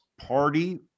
party